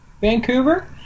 Vancouver